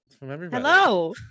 Hello